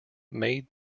made